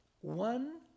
One